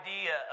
idea